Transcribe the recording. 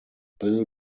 bill